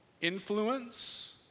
influence